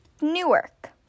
Newark